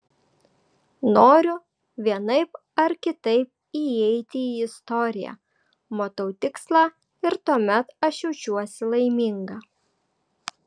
noriu vienaip ar kitaip įeiti į istoriją matau tikslą ir tuomet aš jaučiuosi laiminga